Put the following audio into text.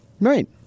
Right